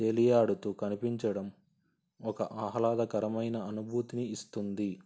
తేలియాడుతూ కనిపించడం ఒక ఆహ్లాదకరమైన అనుభూతిని ఇస్తుంది